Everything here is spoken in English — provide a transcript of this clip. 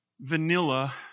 vanilla